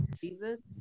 Jesus